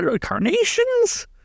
carnations